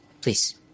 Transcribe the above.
Please